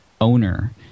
owner